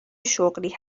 شغلی